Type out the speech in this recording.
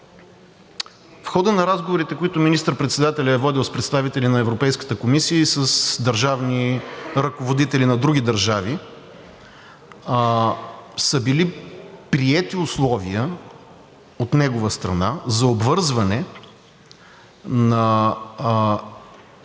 в хода на разговорите, които министър-председателят е водил с представители на Европейската комисия и с държавни ръководители на други държави, са били приети условия от негова страна за обвързване на реализацията,